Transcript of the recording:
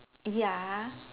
ya